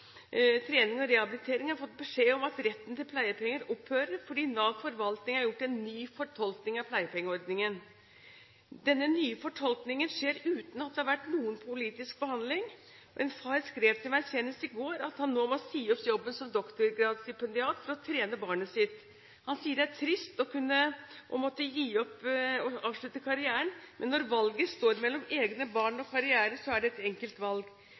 trening og rehabilitering, har fått beskjed om at retten til pleiepenger opphører fordi Nav Forvaltning har gjort en ny fortolkning av pleiepengeordningen. Denne nye fortolkningen skjer uten at det har vært noen politisk behandling. En far skrev til meg senest i går at han nå må si opp jobben som doktorgradsstipendiat for å trene barnet sitt. Han sier det er trist å måtte gi opp og avslutte karrieren. Når valget står mellom egne barn og karriere, er det et enkelt valg.